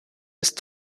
ist